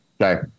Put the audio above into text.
okay